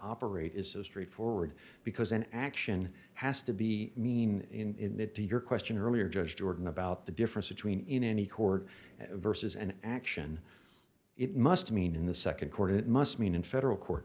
operate is so straightforward because an action has to be mean in it to your question earlier judge jordan about the difference between in any court versus an action it must mean in the nd court it must mean in federal court